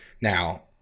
Now